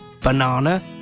banana